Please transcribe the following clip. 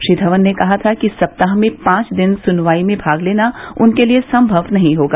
श्री धवन ने कहा था कि सप्ताह में पांच दिन सुनवाई में भाग लेना उनके लिए संभव नहीं होगा